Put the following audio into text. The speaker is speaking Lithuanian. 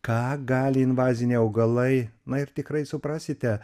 ką gali invaziniai augalai na ir tikrai suprasite